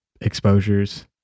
exposures